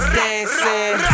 dancing